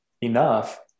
enough